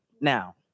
now